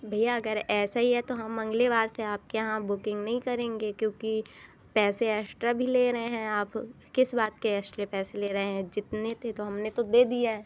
भैया अगर ऐसा ही है तो हम अगले बार से आपके यहाँ बुकिंग नहीं करेंगे क्योंकि पैसे एस्ट्रा भी ले रहे हैं आप किस बात के एस्ट्रे पैसे ले रहे हैं जितने थे तो हमने तो दे दिया है